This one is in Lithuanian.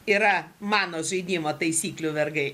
yra mano žaidimo taisyklių vergai